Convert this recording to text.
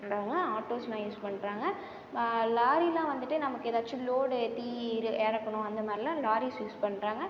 பண்ணுறாங்க ஆட்டோஸ்லாம் யூஸ் பண்ணுறாங்க லாரிலாம் வந்துட்டு நமக்கு ஏதாச்சும் லோடு ஏற்றி ஏறக்கணும் அந்தமாதிரிலாம் லாரிஸ் யூஸ் பண்ணுறாங்க